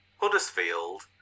Huddersfield